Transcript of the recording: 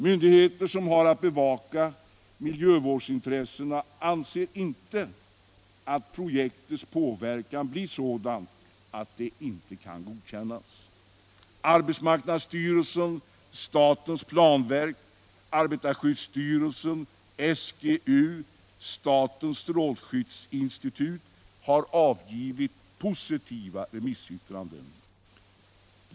Myndigheter som har att bevaka miljövårdsintressena anser inte att projektets påverkan blir sådan att det inte kan godkännas. Arbetsmarknadsstyrelsen, statens planverk, arbetarskyddsstyrelsen, SGU och statens strålskyddsinstitut har avgivit positiva remissyttranden.